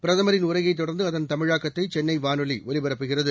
பிரதமரின் உரையைத் தொடர்ந்து அதன் தமிழாக்கத்தை சென்னை வானொலி ஒலிபரப்புகிறது